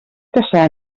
caçar